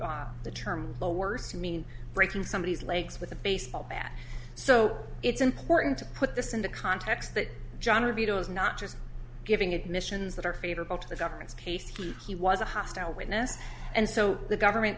god the term the words to mean breaking somebodies legs with a baseball bat so it's important to put this into context that john or vito is not just giving admissions that are favorable to the government's case he was a hostile witness and so the government